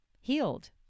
healed